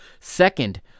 second